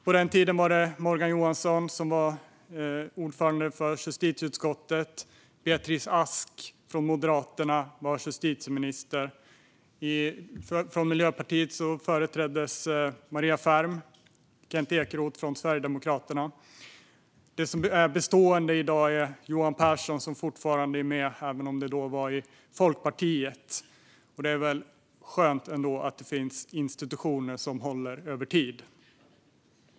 På den tiden var Morgan Johansson justitieutskottets ordförande, Beatrice Ask från Moderaterna var justitieminister, Maria Ferm företrädde Miljöpartiet och Kent Ekeroth företrädde Sverigedemokraterna. Det som är bestående i dag är att Johan Pehrson fortfarande är med, även om det då var i Folkpartiet. Det är skönt att det finns institutioner som håller över tid.